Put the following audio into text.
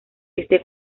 este